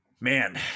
Man